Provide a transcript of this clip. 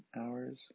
hours